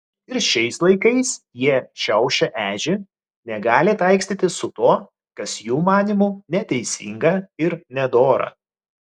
ir šiais laikais jie šiaušia ežį negali taikstytis su tuo kas jų manymu neteisinga ir nedora